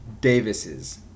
Davis's